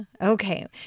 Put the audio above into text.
Okay